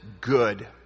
good